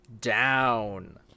down